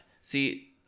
see